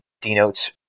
denotes